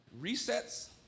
resets